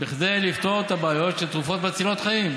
כדי לפתור את הבעיות של תרופות מצילות חיים.